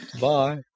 Bye